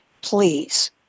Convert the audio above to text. please